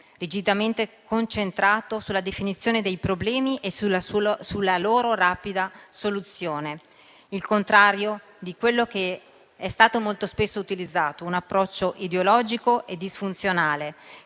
rigidamente concentrato sulla definizione dei problemi e sulla loro rapida soluzione, al contrario di quello che è stato molto spesso utilizzato, ossia un approccio ideologico e disfunzionale,